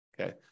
Okay